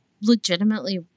legitimately